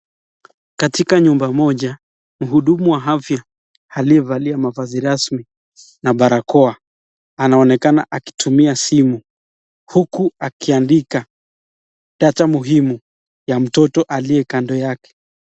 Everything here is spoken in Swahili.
Katika nyumba moja mhudumu wa afya aliyevalia mavazi rasmi na barakoa, anaonekana akitumia simu huku akiandika data muhimu ya mtoto aliye kando yake.